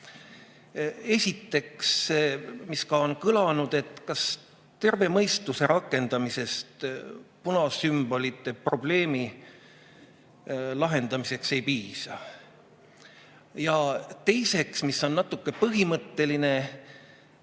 Esiteks see, mis ka on kõlanud, et kas terve mõistuse rakendamisest punasümbolite probleemi lahendamiseks ei piisa. Ja teiseks, mis on natuke põhimõtteline: